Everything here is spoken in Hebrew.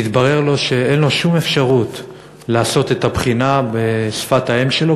והתברר לו שאין לו שום אפשרות לעשות את הבחינה בשפת האם שלו,